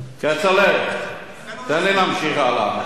כצל'ה, תן לי להמשיך הלאה.